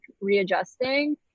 readjusting